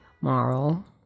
moral